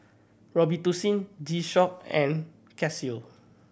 Robitussin G Shock and Casio